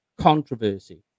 controversy